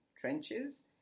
trenches